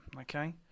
okay